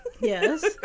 yes